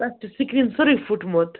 تَتھ چھُ سِکرٛیٖن سورُے پھُٹمُت